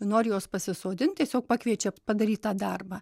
nori juos pasisodint tiesiog pakviečia padaryt tą darbą